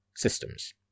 systems